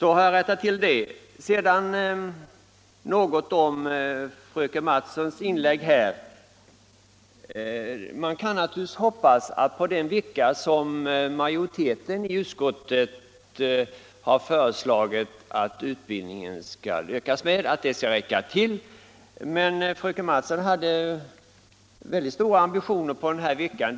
sendet Sedan vill jag säga något om fröken Mattsons inlägg. Man kan naturligtvis hoppas att den vecka som majoriteten i utskottet har föreslagit att utbildningen ökas med skall räcka till. Men fröken Mattson hade mycket stora ambitioner beträffande den här veckan.